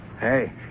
Hey